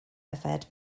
yfed